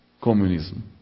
communism